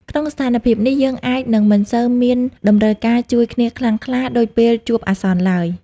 ក្នុងស្ថានភាពនេះ យើងអាចនឹងមិនសូវមានតម្រូវការជួយគ្នាខ្លាំងក្លាដូចពេលជួបអាសន្នឡើយ។